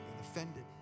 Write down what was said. offended